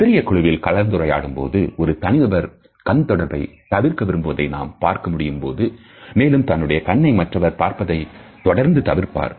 சிறிய குழுவில் கலந்துரையாடும் போது ஒரு தனிநபர் கண் தொடர்பை தவிர்க்க விரும்புவதை நாம் பார்க்க முடியும் மேலும் தன்னுடைய கண்ணை மற்றவர் பார்ப்பதையும் தொடர்ந்து தவிர்ப்பார்